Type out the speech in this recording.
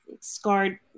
scarred